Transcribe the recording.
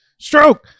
Stroke